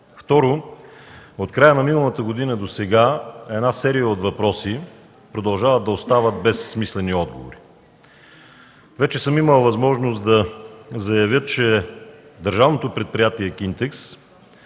Второ, от края на миналата година досега една серия от въпроси продължават да остават без смислени отговори. Вече съм имал възможност да заявя, че държавното предприятие „Кинтекс”